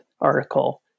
article